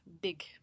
big